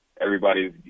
Everybody's